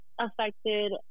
affected